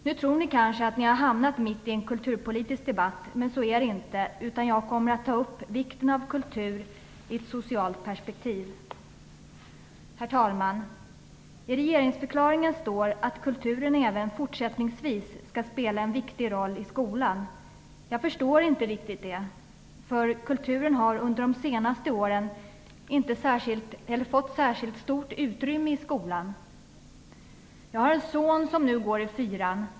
Nu tror ni kanske att ni har hamnat mitt i en kulturpolitisk debatt. Men så är det inte. Jag kommer att ta upp vikten av kultur i ett socialt perspektiv. Herr talman! En regeringsförklaringen står att kulturen även fortsättningsvis skall spela en viktig roll i skolan. Jag förstår inte riktigt det. Kulturen har under de senaste åren inte fått särskilt stort utrymme i skolan. Jag har en son som nu går i fyran.